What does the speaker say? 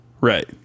Right